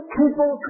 people